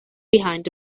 behind